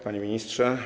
Panie Ministrze!